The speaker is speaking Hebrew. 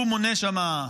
הוא מונה שם,